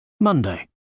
Monday